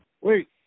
Wait